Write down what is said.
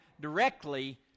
directly